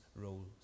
roles